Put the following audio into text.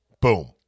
boom